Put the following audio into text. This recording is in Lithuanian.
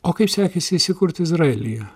o kaip sekėsi įsikurti izraelyje